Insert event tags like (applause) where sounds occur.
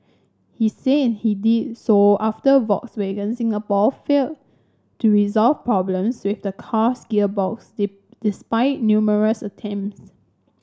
he said he did so after Volkswagen Singapore failed to resolve problems with the car's gearbox (unintelligible) despite numerous attempts